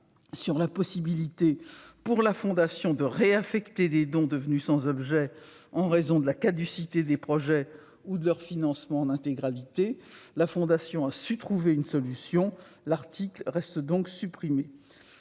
sur la possibilité pour la Fondation de réaffecter des dons devenus sans objet en raison de la caducité des projets ou de leur financement en intégralité, la Fondation a su trouver une solution. L'article reste donc supprimé.